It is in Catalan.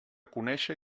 conéixer